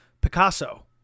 Picasso